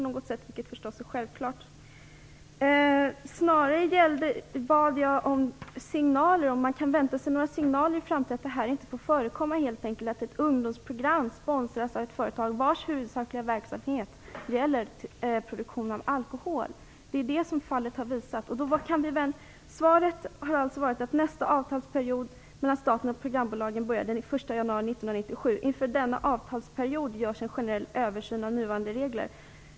Jag undrade snarare om man kan vänta sig några signaler i framtiden om att ett ungdomsprogram inte får sponsras av ett företag vars huvudsakliga verksamhet gäller produktion av alkohol. I svaret sägs det att nästa avtalsperiod mellan staten och programbolagen börjar den 1 januari 1997 och att det inför denna avtalsperiod görs en generell översyn av nuvarande regler.